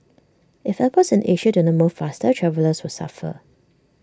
if airports in Asia do not move faster travellers will suffer